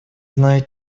знаю